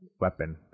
weapon